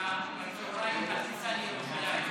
היה בצוהריים בכניסה לירושלים,